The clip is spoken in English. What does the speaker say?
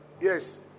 Yes